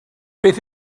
beth